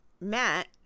Matt